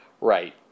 Right